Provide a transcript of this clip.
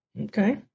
Okay